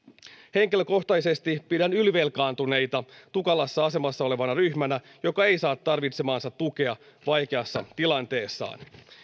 henkilökohtaisesti pidän ylivelkaantuneita tukalassa asemassa olevana ryhmänä joka ei saa tarvitsemaansa tukea vaikeassa tilanteessaan